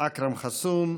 אכרם חסון,